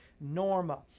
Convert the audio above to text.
norma